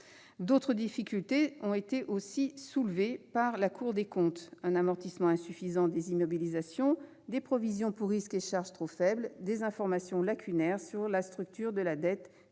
D'autres difficultés sont aussi soulevées par la Cour des comptes : un amortissement insuffisant des immobilisations, des provisions pour risques et charges trop faibles, des informations lacunaires sur la structure de la dette, etc.